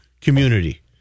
community